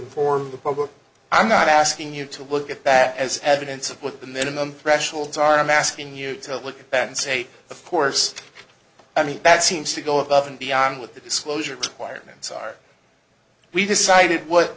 further form the public i'm not asking you to look at bat as evidence of what the minimum thresholds are i'm asking you to look at that and say of course i mean that seems to go above and beyond with the disclosure requirements are we decided what